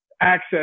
access